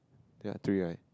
got three right